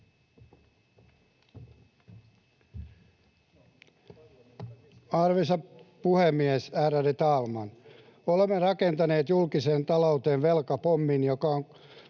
Arvoisa puhemies, ärade talman! Olemme rakentaneet julkiseen talouteen velkapommin, joka on